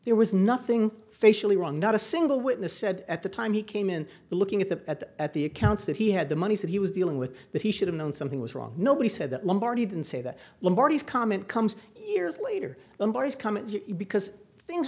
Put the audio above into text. there was nothing facially wrong not a single witness said at the time he came in looking at the at the at the accounts that he had the money that he was dealing with that he should have known something was wrong nobody said that lombardi didn't say that marty's comment comes years later when barr is coming because things